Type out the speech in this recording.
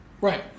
Right